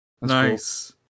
Nice